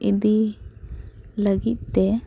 ᱤᱫᱤ ᱞᱟᱹᱜᱤᱫ ᱛᱮ